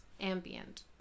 Ambient